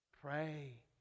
Pray